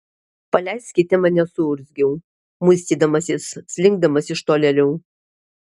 paleiskite mane suurzgiau muistydamasis slinkdamas iš tolėliau